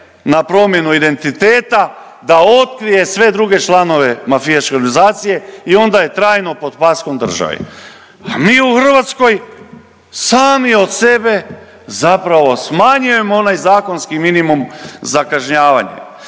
na promjenu identiteta da otkrije sve druge članove mafijaške organizacije i onda je trajno pod paskom države. A mi u Hrvatskoj sami od sebe zapravo smanjujemo onaj zakonski minimum za kažnjavanje